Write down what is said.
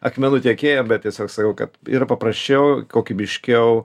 akmenų tiekėjam bet tiesiog sakau kad yra paprasčiau kokybiškiau